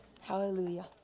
Hallelujah